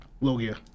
Logia